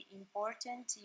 important